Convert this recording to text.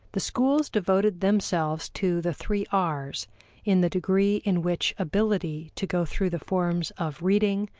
the schools devoted themselves to the three r's in the degree in which ability to go through the forms of reading,